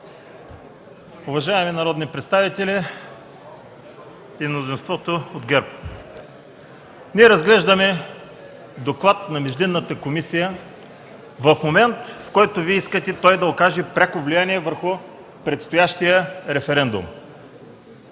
уважаеми народни представители и мнозинството от ГЕРБ! Ние разглеждаме междинен доклад на комисията в момент, в който Вие искате той да окаже пряко влияние върху предстоящия референдум.